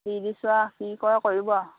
দি দিছোঁ আৰু কি কৰে কৰিব আৰু